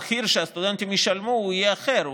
המחיר שהסטודנטים ישלמו יהיה אחר,